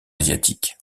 asiatiques